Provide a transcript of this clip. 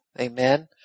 Amen